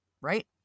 right